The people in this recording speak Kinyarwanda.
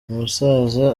umusaza